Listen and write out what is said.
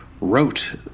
wrote